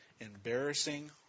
embarrassing